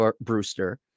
Brewster